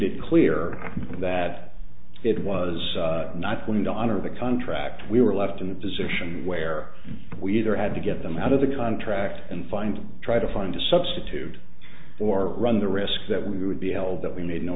it clear that it was not going to honor the contract we were left in a position where we either had to get them out of the contract and find try to find a substitute or run the risk that we would be held that we